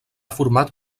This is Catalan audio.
format